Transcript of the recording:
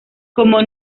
como